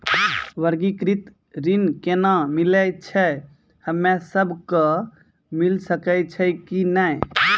व्यक्तिगत ऋण केना मिलै छै, हम्मे सब कऽ मिल सकै छै कि नै?